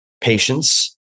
patience